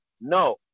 No